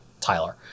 Tyler